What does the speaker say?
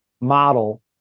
model